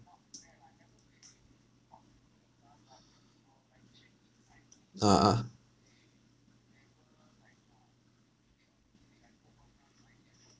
a'ah